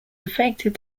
affected